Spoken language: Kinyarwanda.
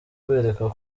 kwereka